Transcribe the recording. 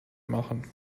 machen